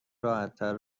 راحتتر